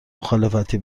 مخالفتی